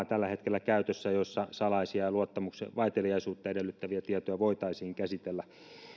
tällä hetkellä käytössä sellaista tilaa jossa salaisia ja vaiteliaisuutta edellyttäviä tietoja voitaisiin käsitellä